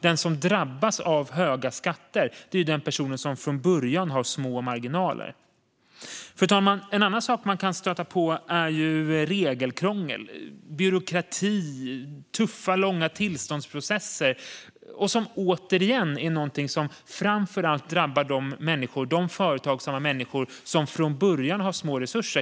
Den som drabbas av höga skatter är den person som från början har små marginaler. Fru talman! Annat man kan stöta på är regelkrångel, byråkrati eller tuffa och långa tillståndsprocesser. Detta är återigen något som framför allt drabbar de företagsamma människor som från början har små resurser.